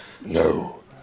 No